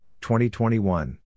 2021